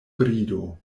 brido